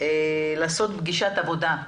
לעשות פגישת עבודה,